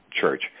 church